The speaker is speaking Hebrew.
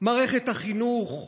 מערכת החינוך הפלורליסטית.